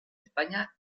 españa